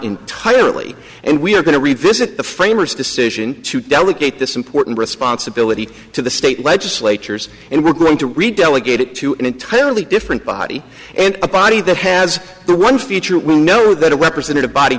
entirely and we are going to revisit the framers decision to delegate this important responsibility to the state legislatures and we're going to read delegated to an entirely different body and a body that has the one feature we'll know that a representative body